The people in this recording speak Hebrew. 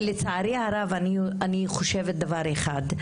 לצערי הרב, אני חושבת דבר אחד.